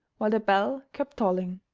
while the bell kept tolling,